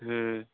हूँ